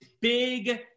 big